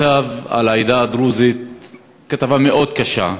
שכתב על העדה הדרוזית כתבה מאוד קשה.